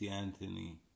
Anthony